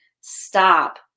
stop